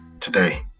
today